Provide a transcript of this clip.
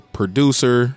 producer